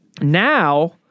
now